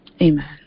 Amen